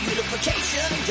Unification